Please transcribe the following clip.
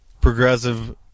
progressive